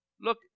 look